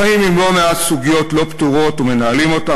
חיים עם לא מעט סוגיות לא פתורות ומנהלים אותן,